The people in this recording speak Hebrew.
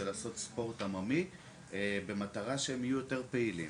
לעשות ספורט עממי במטרה שהם יהיו יותר פעילים.